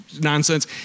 nonsense